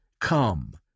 Come